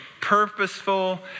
purposeful